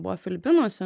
buvo filipinuose